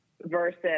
versus